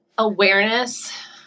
awareness